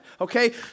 okay